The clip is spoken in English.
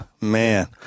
man